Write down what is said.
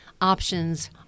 options